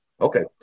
Okay